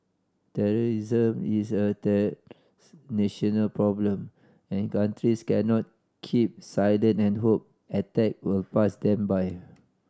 terrorism is a national problem and countries cannot keep silent and hope attack will pass them by